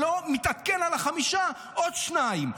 מעכל את החמישה, עוד שניים.